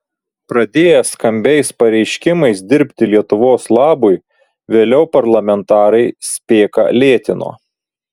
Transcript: pradėję skambiais pareiškimais dirbti lietuvos labui vėliau parlamentarai spėką lėtino